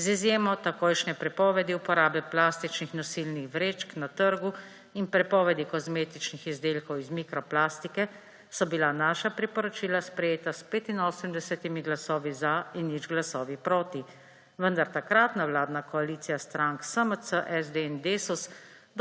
Z izjemo takojšnje prepovedi uporabe plastičnih nosilnih vrečk na trgu in prepovedi kozmetičnih izdelkov iz mikroplastike so bila naša priporočila sprejeta s 85 glasovi za in nič glasovi proti, vendar takratna vladna koalicija strank SMC, SD in Desus